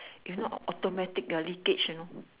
if not automatic leakage you know